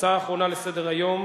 ההצעה האחרונה לסדר-היום,